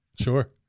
Sure